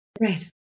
Right